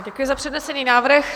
Děkuji za přednesený návrh.